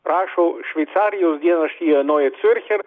rašo šveicarijos dienraštyje noe ciurcher